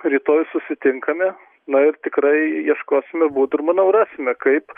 rytoj susitinkame na ir tikrai ieškosime būdų ir manau rasime kaip